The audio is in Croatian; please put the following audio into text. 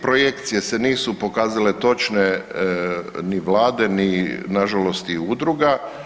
Projekcije se nisu pokazale točne ni Vlade, ni na žalost udruga.